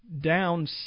down